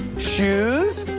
shoes.